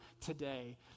today